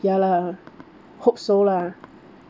ya lah hope so lah